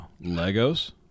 Legos